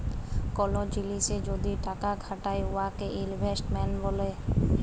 call জিলিসে যদি টাকা খাটায় উয়াকে ইলভেস্টমেল্ট ব্যলে